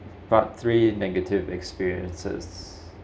part three negative experiences